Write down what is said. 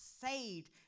saved